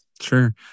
Sure